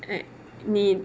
I need